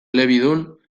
elebidun